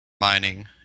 mining